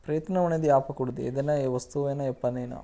ప్రయత్నం అనేది ఆపకూడదు ఏదన్నా ఏ వస్తువైనా ఏ పనైనా